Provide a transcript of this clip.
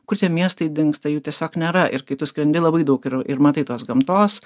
kur tie miestai dingsta jų tiesiog nėra ir kai tu skrendi labai daug ir ir matai tuos gamtos